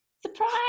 Surprise